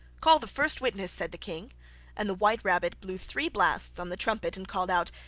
call the first witness said the king and the white rabbit blew three blasts on the trumpet, and called out,